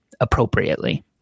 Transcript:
appropriately